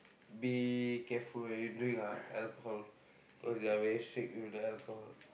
be careful when you drink ah alcohol cause they are very strict with the alcohol